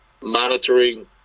Monitoring